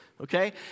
Okay